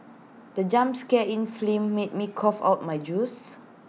the jump scare in film made me cough out my juice